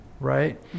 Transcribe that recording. right